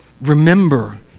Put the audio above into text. Remember